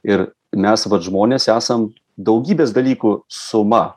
ir mes vat žmonės esam daugybės dalykų suma